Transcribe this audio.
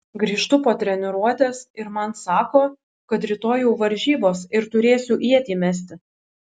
grįžtu po treniruotės ir man sako kad rytoj jau varžybos ir turėsiu ietį mesti